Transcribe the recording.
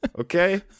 Okay